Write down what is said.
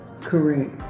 correct